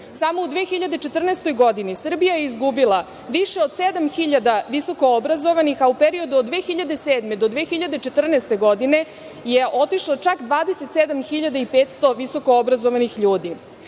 Samo u 2014. godini Srbija je izgubila više od sedam hiljada visokoobrazovanih, a u periodu od 2007. do 2014. godine je otišlo čak 27.500 visokoobrazovanih ljudi.